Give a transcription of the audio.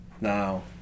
Now